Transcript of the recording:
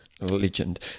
Legend